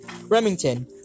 Remington